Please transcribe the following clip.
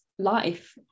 Life